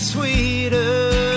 sweeter